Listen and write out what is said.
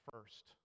first